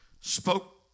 spoke